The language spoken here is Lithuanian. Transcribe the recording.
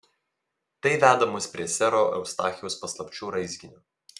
tai veda mus prie sero eustachijaus paslapčių raizginio